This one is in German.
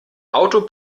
auto